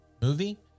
movie